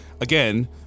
again